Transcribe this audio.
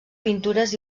pintures